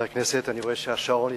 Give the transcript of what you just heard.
אני רואה שהשעון התקלקל,